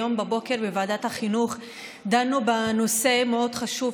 היום בבוקר בוועדת החינוך דנו בנושא מאוד חשוב,